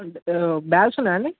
bags ఉన్నయా అండి